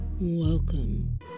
Welcome